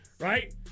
Right